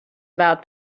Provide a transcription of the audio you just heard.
about